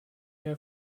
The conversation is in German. mehr